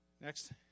Next